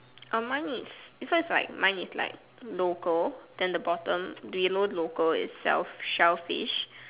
err mine is this one is like mine is like local then the bottom below local is sell~ shellfish